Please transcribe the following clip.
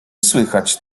słychać